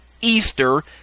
Easter